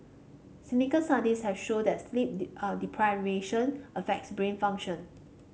studies have shown that sleep deprivation affects brain function